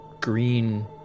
green